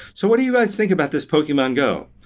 so what do you guys think about this pokemon go?